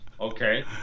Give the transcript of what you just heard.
Okay